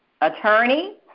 attorney